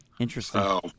Interesting